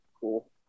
Cool